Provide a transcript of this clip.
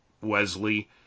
Wesley